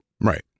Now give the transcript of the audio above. Right